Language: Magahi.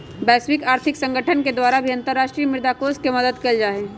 वैश्विक आर्थिक संगठन के द्वारा भी अन्तर्राष्ट्रीय मुद्रा कोष के मदद कइल जाहई